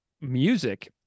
music